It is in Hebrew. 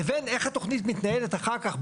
לבין איך התוכנית מתנהלת אחר כך,